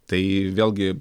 tai vėlgi